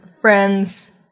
friends